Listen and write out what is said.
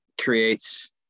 Creates